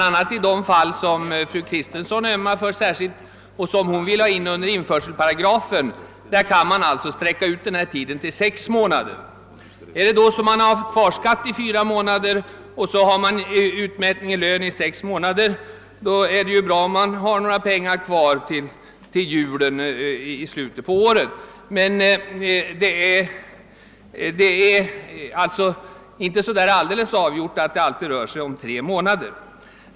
a. i det fall som fru Kristensson särskilt ömmar för och som hon vill ha in under införselparagrafen kan man sträcka ut tiden till sex månader. Är det då så att man har kvarskatt att betala under fyra månader och dessutom dras med en utmätning i lön under sex månader, kan man vara glad om man har några pengar kvar till julen i slutet på året. Det är alltså inte helt avgjort att det alltid rör sig om tre månader.